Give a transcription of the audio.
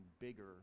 bigger